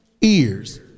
ears